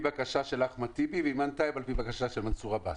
בקשה של אחמד טיבי והיא הגישה על-פי בקשה של מנסור עבאס.